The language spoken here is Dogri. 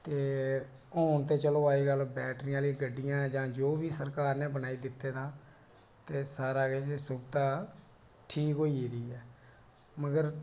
ते हून ते चलो अजकल बैटरी आह्लीं गड्डियां जां जो बी सरकार नै बनाई दित्ते दा ऐ ते सारा किश सुविधा ठीक होई गेदी ऐ मगर